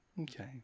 Okay